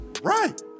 Right